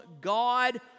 God